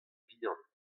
vihan